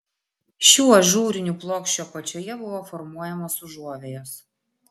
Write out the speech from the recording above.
šių ažūrinių plokščių apačioje buvo formuojamos užuovėjos